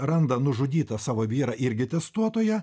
randa nužudytą savo vyrą irgi testuotoją